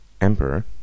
Emperor